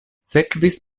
sekvis